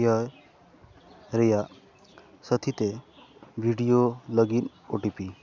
year ᱨᱮᱭᱟᱜ ᱥᱟᱹᱛᱷᱤ ᱛᱮ video ᱞᱟᱹᱜᱤᱫ ᱳ ᱴᱤ ᱯᱤ